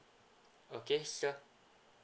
okay sir